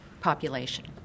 population